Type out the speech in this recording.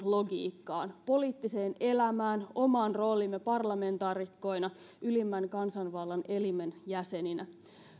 logiikkaan poliittiseen elämään omaan rooliimme parlamentaarikkoina ylimmän kansanvallan elimen jäseninä